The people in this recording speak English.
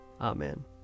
Amen